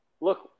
look